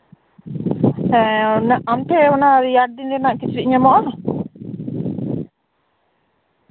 ᱟᱢ ᱴᱷᱮᱱ ᱚᱱᱮ ᱨᱮᱭᱟᱲ ᱫᱤᱱ ᱨᱮᱱᱟᱜ ᱠᱤᱪᱨᱤᱪ ᱧᱟᱢᱚᱜᱼᱟ